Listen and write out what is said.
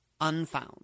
Unfound